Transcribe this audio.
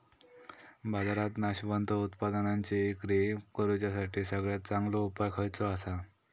बाजारात नाशवंत उत्पादनांची इक्री करुच्यासाठी सगळ्यात चांगलो उपाय खयचो आसा?